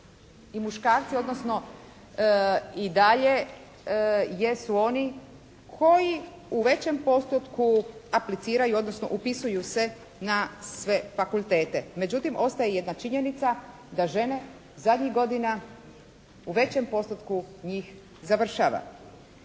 i muškarci, odnosno i dalje jesu oni koji u većem postotku apliciraju, odnosno upisuju se na sve fakultete. Međutim ostaje jedna činjenica da žene zadnjih godina u većem postotku njih završava.